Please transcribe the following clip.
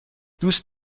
دوست